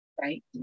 Right